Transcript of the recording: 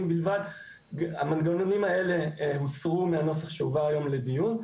בלבד - המנגנונים האלה הוסרו מהנוסח שהובא היום לדיון.